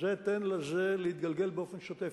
תן לזה להתגלגל באופן שוטף,